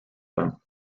them